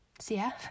CF